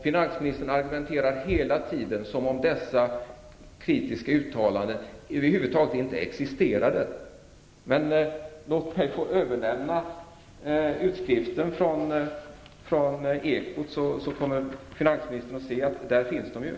Finansministern argumenterar hela tiden som om dessa kritiska uttalanden över huvud taget inte existerade. Låt mig överlämna utskriften från Ekot. Då kommer finansministern att se att de finns där.